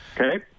Okay